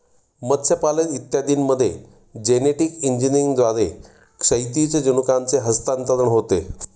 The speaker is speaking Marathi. मत्स्यपालन इत्यादींमध्ये जेनेटिक इंजिनिअरिंगद्वारे क्षैतिज जनुकांचे हस्तांतरण होते